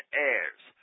heirs